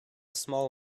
small